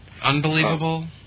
Unbelievable